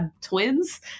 twins